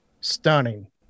stunning